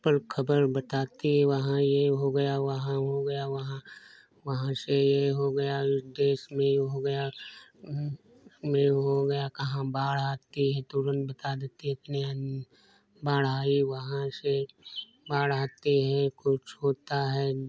पर खबर बताती है वहाँ ये हो गया वहाँ वो गया वहाँ वहाँ से ये हो गया उस देश में ये हो गया में ओ हो गया कहाँ बाढ़ आती है तुरंत बता देती है इतनी यहाँ बाढ़ आई वहाँ से बाढ़ आते हैं कुछ होता है